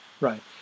right